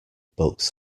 books